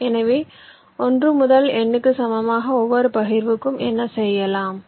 எனவே 1 முதல் n க்கு சமமாக ஒவ்வொரு பகிர்வுக்கும் என்ன செய்யலாம்